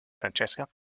Francesca